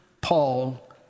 Paul